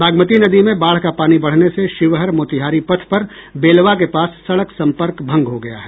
बागमती नदी में बाढ़ का पानी बढ़ने से शिवहर मोतिहारी पथ पर बेलवा के पास सड़क संपर्क भंग हो गया है